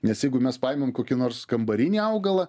nes jeigu mes paimam kokį nors kambarinį augalą